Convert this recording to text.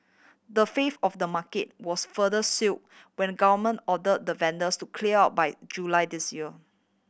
the fifth of the market was further seal when government order the vendors to clear out by July this year